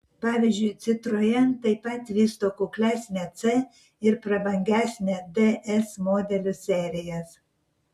pavyzdžiui citroen taip pat vysto kuklesnę c ir prabangesnę ds modelių serijas